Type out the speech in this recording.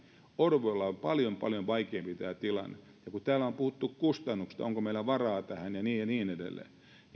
orvoilla on paljon paljon vaikeampi tämä tilanne ja kun täällä on puhuttu kustannuksista siitä onko meillä varaa tähän ja niin edelleen niin